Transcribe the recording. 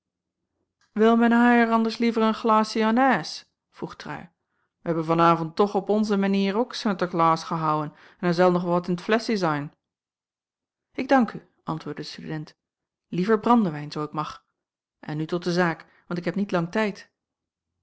wil men haier anders liever een glaassie annijs vroeg trui we hebben van avond toch op onze menier ook sunterklaes gehouen en er zel nog wel wat in t flessie zain ik dank u antwoordde de student liever brandewijn zoo ik mag en nu tot de zaak want ik heb niet lang tijd